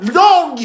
long